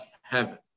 heaven